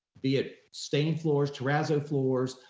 be it stained floors, terrazzo floors,